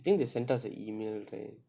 I think they sent us an email right